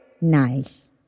Nice